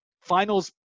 finals